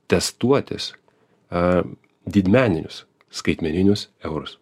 testuotis a didmeninius skaitmeninius eurus